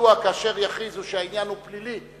מדוע כאשר יכריזו שהעניין הוא פלילי,